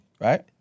right